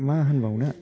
मा होनबावनो